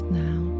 now